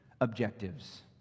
objectives